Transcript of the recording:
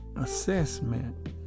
assessment